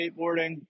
skateboarding